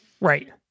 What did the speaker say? Right